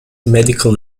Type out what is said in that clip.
medical